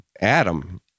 Adam